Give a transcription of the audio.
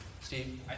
Steve